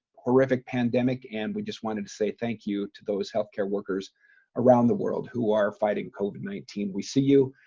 horrific pandemic and we just wanted to say thank you to those health care workers around the world who are fighting covet nineteen. we see you.